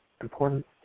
important